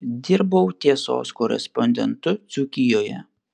dirbau tiesos korespondentu dzūkijoje